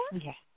yes